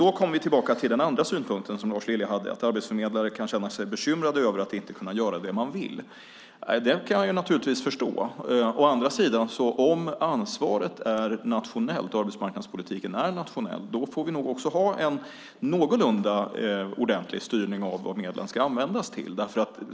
Då kommer vi tillbaka till Lars Liljas andra synpunkt, att arbetsförmedlare kan känna sig bekymrade över att inte kunna göra det de vill. Naturligtvis kan jag förstå det. Å andra sidan: Om ansvaret och arbetsmarknadspolitiken är nationella får vi nog ha en någorlunda ordentlig styrning av vad medlen ska användas till.